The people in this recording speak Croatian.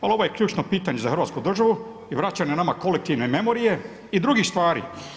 Ali ovo je ključno pitanje za Hrvatsku državu i vraćanje nama kolektivne memorije i drugih stvari.